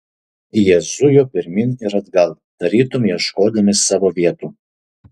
jie zujo pirmyn ir atgal tarytum ieškodami savo vietų